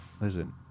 listen